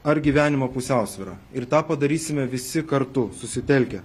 ar gyvenimo pusiausvyrą ir tą padarysime visi kartu susitelkę